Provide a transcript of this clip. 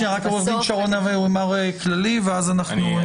רק עורך דין שרון יאמר כללי ואז נקריא אותן.